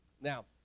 Now